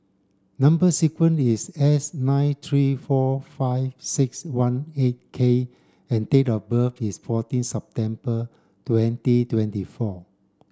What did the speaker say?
number sequence is S nine three four five six one eight K and date of birth is fourteen September twenty twenty four